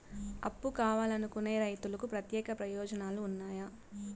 అప్పు కావాలనుకునే రైతులకు ప్రత్యేక ప్రయోజనాలు ఉన్నాయా?